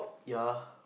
ya